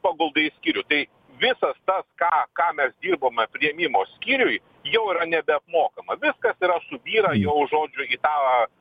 paguldai į skyrių tai visas tas ką ką mes dirbome priėmimo skyriuj jau yra nebeapmokama viskas subyra jau žodžiu į tą